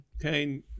Okay